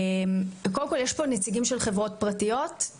יש כאן נציגים של חברות פרטיות?